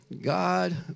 God